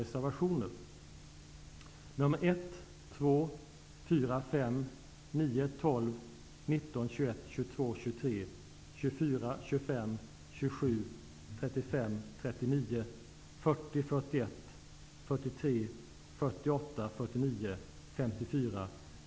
Ambitionen måste tvärtom vara att alla som vill skall kunna arbeta och skapa nya resurser. En halvering av arbetslösheten är det viktigaste bidraget till sunda statsfinanser.